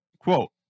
quote